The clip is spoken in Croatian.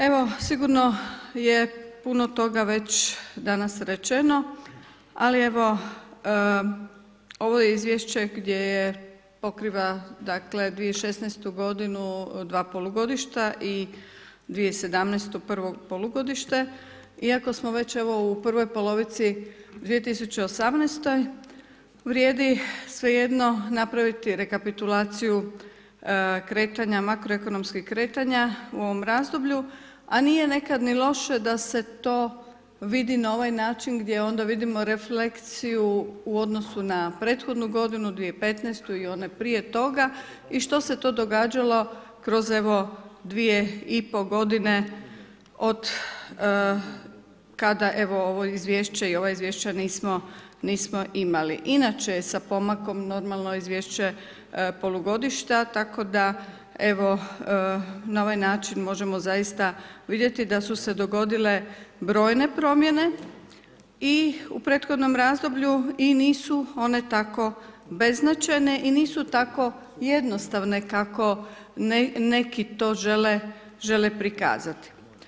Evo sigurno je puno toga već danas rečeno ali evo ovo izvješće gdje pokriva 2016. godinu 2 polugodišta i 2017. 1. polugodište, iako smo već evo u prvoj polovici 2018., vrijedi svejedno napraviti rekapitulaciju kretanja, makroekonomskih kretanja u ovom razdoblju a nije nekad ni loše da se to vidi na ovaj način gdje onda vidimo refleksiju u odnosu na prethodnu godinu, 2015.i one prije toga i što se to događalo kroz evo 2,5 godine od kada evo ovo izvješće i ova izvješća nismo imali, inače sa pomakom normalno izvješće polugodišta tako da evo, na ovaj način možemo zaista vidjeti da su se dogodile brojne promjene u prethodnom razdoblju i nisu one tako beznačajne i nisu tako jednostavne kako neki to žele prikazati.